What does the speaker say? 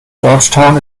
georgetown